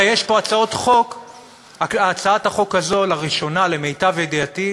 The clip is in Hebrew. הצעת החוק הזאת, לראשונה, למיטב ידיעתי,